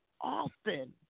often